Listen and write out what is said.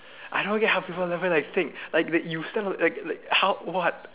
I don't get how people never like think like like you stand like like how what